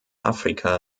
afrika